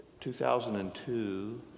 2002